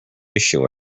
issue